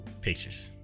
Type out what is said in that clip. Pictures